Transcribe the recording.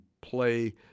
play